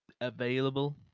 available